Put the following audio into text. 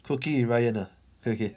cooking with ryan ah okay okay